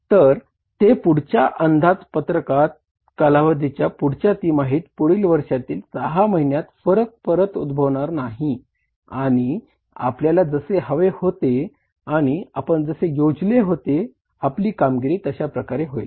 तर ते पुढच्या अंदाजपत्रक कालावधीत पुढच्या तिमाहीत पुढील वर्षातील 6 महिन्यात फरक परत उध्दभवनार नाही आणि आपल्याला जसे हवे होते आणि आपण जसे योजले होते आपली कामगीरी तशा प्रकारे होईल